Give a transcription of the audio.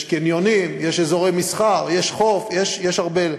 יש קניונים, יש אזורי מסחר, יש חוף, יש הרבה.